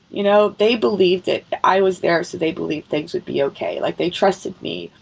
you know they believed that i was there, so they believed things would be okay. like they trusted me.